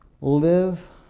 live